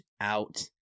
out